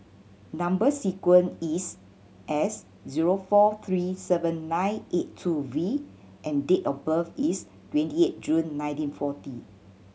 number sequence is S zero four three seven nine eight two V and date of birth is twenty eight June nineteen forty